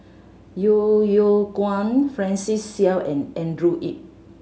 Yeo Yeow Kwang Francis Seow and Andrew Yip